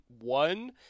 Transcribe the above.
one